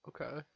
Okay